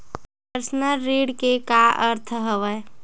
Personal ऋण के का अर्थ हवय?